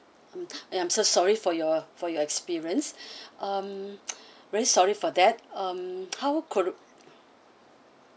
um ya I'm so sorry for your for your experience um very sorry for that um how could